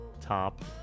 top